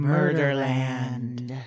Murderland